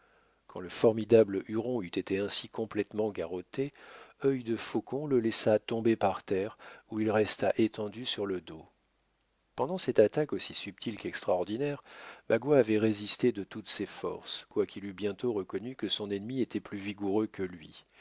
quand le formidable huron eut été ainsi complètement garrotté œil de faucon le laissa tomber par terre où il resta étendu sur le dos pendant cette attaque aussi subite qu'extraordinaire magua avait résisté de toutes ses forces quoiqu'il eût bientôt reconnu que son ennemi était plus vigoureux que lui